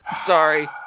Sorry